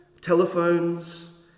telephones